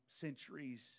centuries